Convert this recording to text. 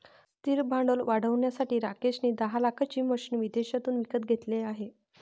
स्थिर भांडवल वाढवण्यासाठी राकेश ने दहा लाखाची मशीने विदेशातून विकत घेतले आहे